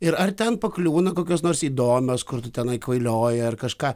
ir ar ten pakliūna kokios nors įdomios kur tu tenai kvailioji ar kažką